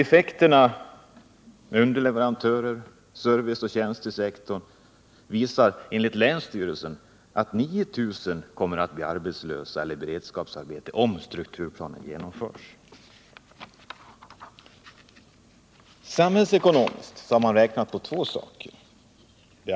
Effekterna när det gäller underleverantörerna och serviceoch tjänstesektorn blir enligt länsstyrelsen att 9000 kommer att bli arbetslösa eller placerade i beredskapsarbeten, om strukturplanen genomförs. Samhällsekonomiskt har man räknat med två saker.